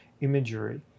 imagery